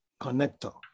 connector